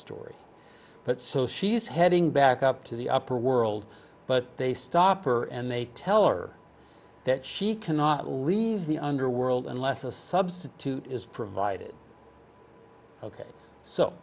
story but so she's heading back up to the upper world but they stop her and they tell her that she cannot leave the underworld unless a substitute is provided ok so